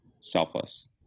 selfless